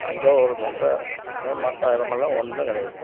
தஞ்சாவூர் தட்ட மற்ற இடமெல்லாம் ஒன்றும் கிடையாது